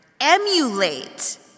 emulate